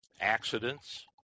accidents